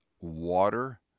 water